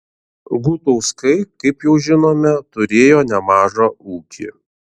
gutauskai kaip jau žinome turėjo nemažą ūkį